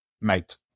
mate